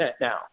now